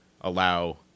allow